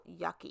yucky